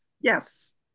Yes